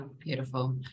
beautiful